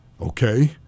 Okay